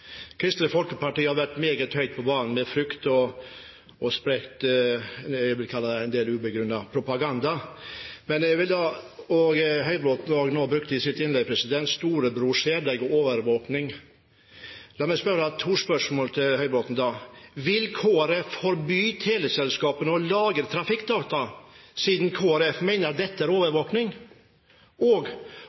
Kristelig Folkeparti har vært meget høyt på banen med frykt og spredt det jeg vil kalle en del ubegrunnet propaganda, og Høybråten brukte også i sitt innlegg «Storebror ser deg» og overvåkning. La meg stille to spørsmål til Høybråten: Vil Kristelig Folkeparti forby teleselskapene å lagre trafikkdata, siden Kristelig Folkeparti mener dette er